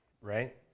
right